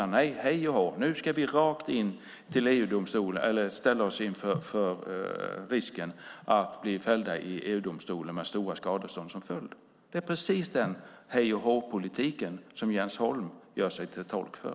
Nej, hej och hå, nu ska vi ställas inför risken att fällas av EU-domstolen med stora skadestånd som följd. Det är precis denna hej-och-hå-politik som Jens Holm gör sig till tolk för.